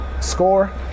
score